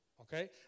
Okay